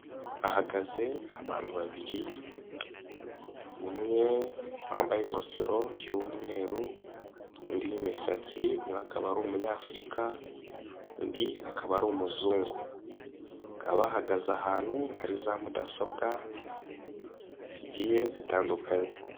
Hahagaze abantu babiri, umwe wambaye ingofero y'umweru, undi w'imisatsi, umwe akaba ari umunyafurika undi akaba ari umuzungu, bahagaze ahantu hari za mudasobwa zigiye zitandukanye.